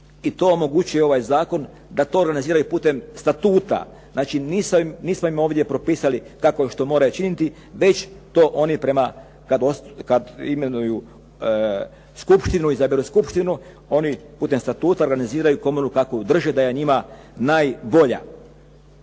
i to omogućuje ovaj zakon da to organiziraju putem statuta. Znači, nismo im ovdje propisali kako i što moraju činiti, već to oni prema, kad imenuju skupštinu, izaberu skupštinu, oni putem statuta organiziraju komoru kakvu drže da je njima najbolja.